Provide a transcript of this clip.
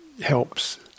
helps